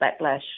backlash